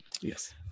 Yes